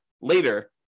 later